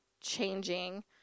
changing